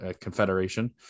confederation